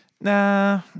nah